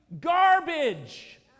garbage